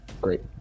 Great